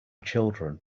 children